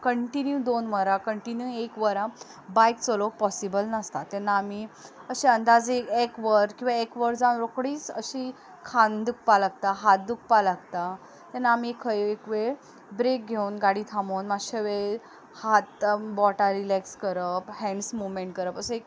continue दोन वरां continue एक वर बायक चलोवप पॉसिबल नासता तेन्ना आमी अशे अंदाजे एक वर किंवां एक वर जावन रोकडी अशी खांद दुखपा लागता हात दुखपा लागता तेन्ना आमी खंय एक वेळ ब्रेक घेवन गाडी थांबोवन मातशे वेळ हात बोटां रिलॅक्स करप हँण्स मुवमेंट करप असो एक